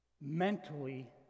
mentally